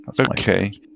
Okay